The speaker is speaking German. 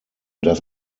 das